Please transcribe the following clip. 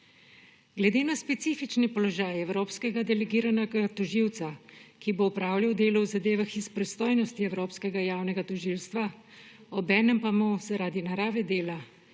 Glede na specifične položaje evropskega delegiranega tožilca, ki bo opravil delo v zadevah iz pristojnosti Evropskega javnega tožilstva, obenem pa mu zaradi narave dela